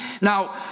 Now